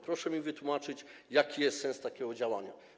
Proszę mi wytłumaczyć, jaki jest sens takiego działania.